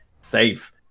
safe